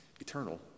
Eternal